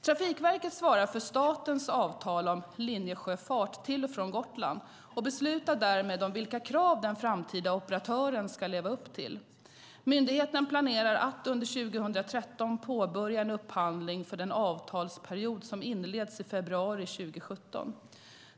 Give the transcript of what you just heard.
Trafikverket svarar för statens avtal om linjesjöfart till och från Gotland och beslutar därmed om vilka krav den framtida operatören ska leva upp till. Myndigheten planerar att under 2013 påbörja en upphandling för den avtalsperiod som inleds i februari 2017.